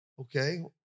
Okay